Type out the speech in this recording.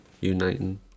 uniting